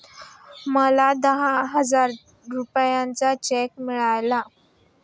मला दहा हजार रुपयांचा चेक मिळाला